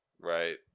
right